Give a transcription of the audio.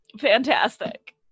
fantastic